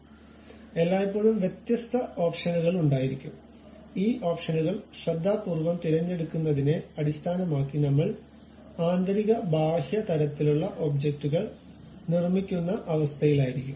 അതിനാൽ എല്ലായ്പ്പോഴും വ്യത്യസ്ത ഓപ്ഷനുകൾ ഉണ്ടായിരിക്കും ഈ ഓപ്ഷനുകൾ ശ്രദ്ധാപൂർവ്വം തിരഞ്ഞെടുക്കുന്നതിനെ അടിസ്ഥാനമാക്കി നമ്മൾ ആന്തരിക ബാഹ്യ തരത്തിലുള്ള ഒബ്ജക്റ്റുകൾ നിർമ്മിക്കുന്ന അവസ്ഥയിലായിരിക്കും